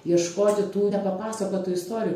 ieškoti tų nepapasakotų istorijų